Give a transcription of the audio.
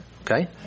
Okay